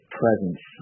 presence